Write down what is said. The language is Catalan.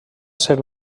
ser